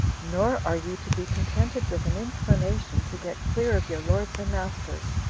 nor are you to be contented with an inclination to get clear of your lords and masters,